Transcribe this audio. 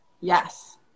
Yes